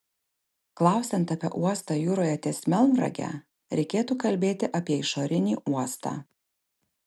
klausiant apie uostą jūroje ties melnrage reikėtų kalbėti apie išorinį uostą